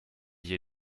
hier